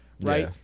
right